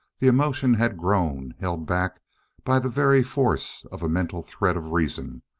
the emotion had grown, held back by the very force of a mental thread of reason,